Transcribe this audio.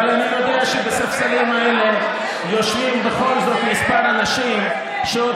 אבל אני יודע שבספסלים האלה יושבים בכל זאת כמה אנשים שעוד